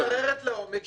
היא מבררת לעומק,